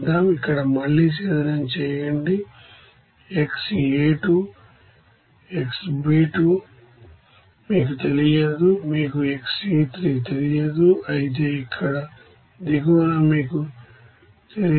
ఇక్కడ మళ్ళీ డిస్టిల్ల్య టు చేయండి xA2 xB2 మీకు తెలియదు మీకు xC2తెలియదు అయితే ఇక్కడ దిగువన ఇది మీకు తెలియదు